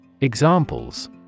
Examples